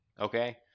okay